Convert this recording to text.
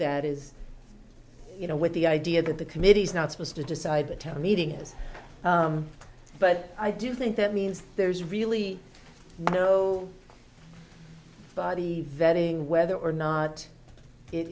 that is you know with the idea that the committee is not supposed to decide the town meeting is but i do think that means there's really no body varying whether or not it